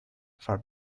for